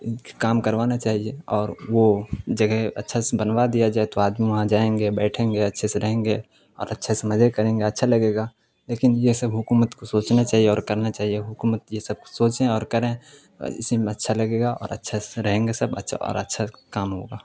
کام کروانا چاہیے اور وہ جگہ اچھا سے بنوا دیا جائے تو آدمی وہاں جائیں گے بیٹھیں گے اچھے سے رہیں گے اور اچھے سے مزے کریں گے اچھا لگے گا لیکن یہ سب حکومت کو سوچنا چاہیے اور کرنا چاہیے حکومت یہ سب سوچیں اور کریں اور اسی میں اچھا لگے گا اور اچھا سے رہیں گے سب اچھا اور اچھا کام ہوگا